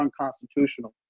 unconstitutional